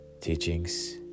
teachings